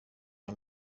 aya